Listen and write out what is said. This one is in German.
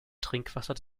trinkwasser